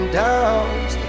downs